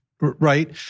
Right